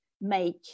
make